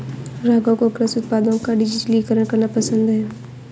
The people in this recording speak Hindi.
राघव को कृषि उत्पादों का डिजिटलीकरण करना पसंद है